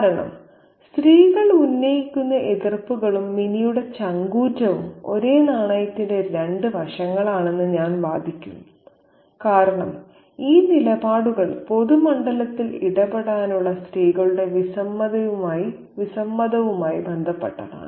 കാരണം സ്ത്രീകൾ ഉന്നയിക്കുന്ന എതിർപ്പുകളും മിനിയുടെ ചങ്കൂറ്റവും ഒരേ നാണയത്തിന്റെ രണ്ട് വശങ്ങളാണെന്ന് ഞാൻ വാദിക്കും കാരണം ഈ നിലപാടുകൾ പൊതുമണ്ഡലത്തിൽ ഇടപെടാനുള്ള സ്ത്രീകളുടെ വിസമ്മതവുമായി ബന്ധപ്പെട്ടതാണ്